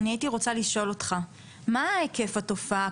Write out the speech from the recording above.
הייתי רוצה לשאול אותך מה היקף התופעה